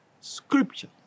scripture